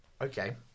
Okay